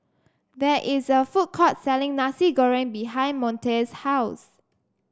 there is a food court selling Nasi Goreng behind Monte's house